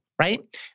right